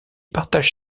partage